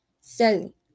Sally